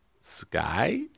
Sky